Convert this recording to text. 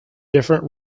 different